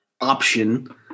option